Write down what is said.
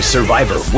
Survivor